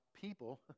people